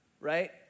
Right